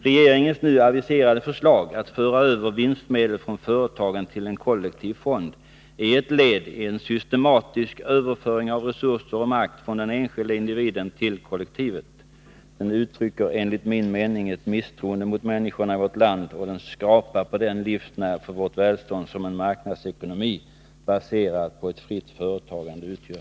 Regeringens nu aviserade förslag att föra över vinstmedel från företagen till en kollektiv fond är ett led i en systematisk överföring av resurser och makt från den enskilda individen till kollektivet. Det uttrycker enligt min mening ett misstroende mot människorna i vårt land, och den skrapar på den livsnerv för vårt välstånd som en marknadsekonomi, baserad på ett fritt företagande, utgör.